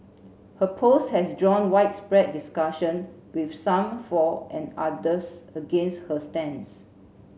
her post has drawn widespread discussion with some for and others against her stance